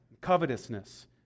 covetousness